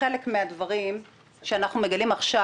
חלק מהדברים שאנחנו מגלים עכשיו,